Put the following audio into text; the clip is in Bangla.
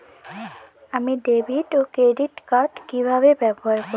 আমি ডেভিড ও ক্রেডিট কার্ড কি কিভাবে ব্যবহার করব?